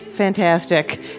Fantastic